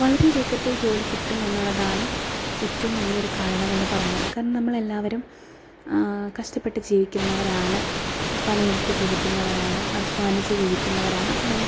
വളരെ വേഗത്തിൽ ജോലി കിട്ടും എന്നുള്ളതാണ് ഏറ്റവും വലിയൊരു കാരണമെന്ന് പറയുന്നത് കാരണം നമ്മളെല്ലാവരും കഷ്ടപ്പെട്ട് ജീവിക്കുന്നവരാണ് പണി എടുത്ത് ജീവിക്കുന്നവരാണ് അദ്ധ്വാനിച്ച് ജീവിക്കുന്നവരാണ് അപ്പോൾ നമുക്ക്